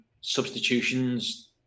substitutions